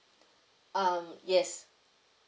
um yes